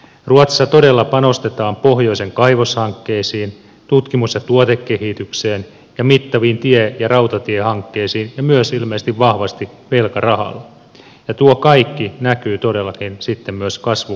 ruotsissa todella panostetaan pohjoisen kaivoshankkeisiin tutkimus ja tuotekehitykseen ja mittaviin tie ja rautatiehankkeisiin ja ilmeisesti vahvasti myös velkarahalla ja tuo kaikki näkyy todellakin sitten myös kasvuennusteissa